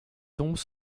tombes